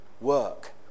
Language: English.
work